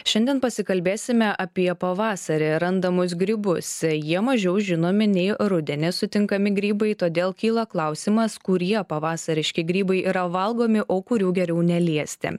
šiandien pasikalbėsime apie pavasarį randamus grybus jie mažiau žinomi nei rudenį sutinkami grybai todėl kyla klausimas kurie pavasariški grybai yra valgomi o kurių geriau neliesti